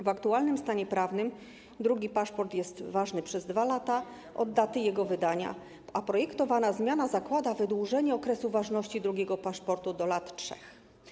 W aktualnym stanie prawnym drugi paszport jest ważny przez 2 lata od daty jego wydania, a projektowana zmiana zakłada wydłużenie okresu ważności drugiego paszportu do lat 3.